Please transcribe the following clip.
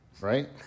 right